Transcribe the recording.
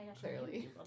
clearly